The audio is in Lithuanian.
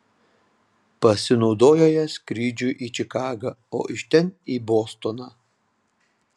pasinaudojo ja skrydžiui į čikagą o iš ten į bostoną